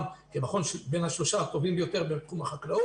כמכון שהוא בין השלושה הטובים ביותר בחקלאות,